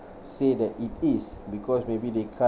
say that it is because maybe they can't